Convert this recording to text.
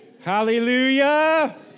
Hallelujah